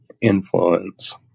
influence